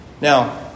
Now